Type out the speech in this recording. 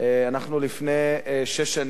לפני שש שנים,